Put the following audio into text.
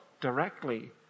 directly